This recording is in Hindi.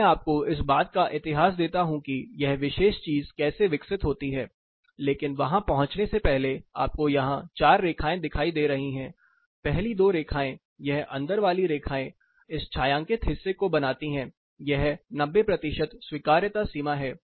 मैं आपको इस बात का इतिहास देता हूं कि यह विशेष चीज कैसे विकसित होती है लेकिन वहां पहुंचने से पहले आपको यहां 4 रेखाएं दिखाई दे रही है पहली दो रेखाएं यह अंदर वाली रेखाएं इस छायांकित हिस्से को बनाती हैं यह 90 प्रतिशत स्वीकार्यता सीमा है